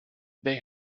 they